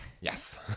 Yes